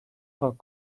پاک